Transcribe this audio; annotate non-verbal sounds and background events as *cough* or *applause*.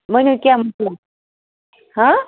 ؤنِو کیٛاہ *unintelligible* ہَہ